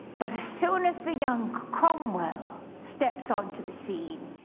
but as soon as the young cromwell steps onto the scene,